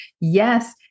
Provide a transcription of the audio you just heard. Yes